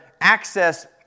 access